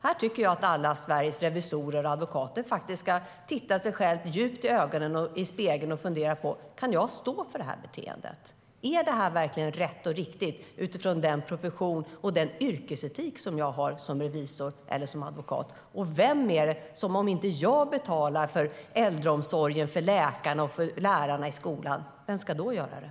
Här tycker jag att Sveriges alla revisorer och advokater ska titta sig själva djupt i ögonen i spegeln och fundera på: Kan jag stå för det här beteendet? Är det här verkligen rätt och riktigt utifrån den profession och den yrkesetik som jag har som revisor eller som advokat? Om inte jag betalar för äldreomsorgen, för läkarna och för lärarna i skolan, vem ska då göra det?